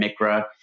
Micra